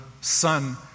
son